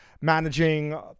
managing